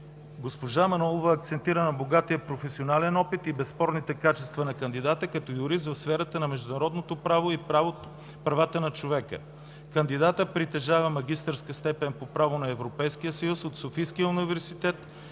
Госпожа Манолова акцентира на богатия професионален опит и безспорните качества на кандидата като юрист в сферата на международното право и правата на човека. Кандидатът притежава магистърски степени по „Право на Европейския съюз” от Софийския университет